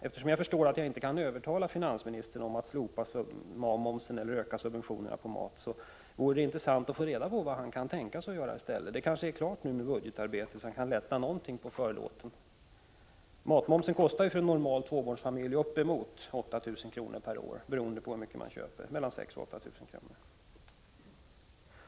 Eftersom jag förstår att jag inte kan övertala finansministern att slopa matmomsen eller att öka subventionerna på mat, vore det intressant att få reda på vad finansministern kan tänka sig att göra i stället. Budgetarbetet är kanske klart nu, så att finansministern kan lätta något på förlåten. Momsen på mat kostar för en normal tvåbarnsfamilj mellan 6 000 och 8 000 kr. per år, beroende på hur mycket mat man köper.